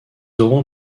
auront